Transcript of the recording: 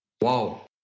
Wow